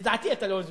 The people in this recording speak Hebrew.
לדעתי, אתה לא הוזמנת.